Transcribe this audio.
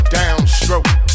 downstroke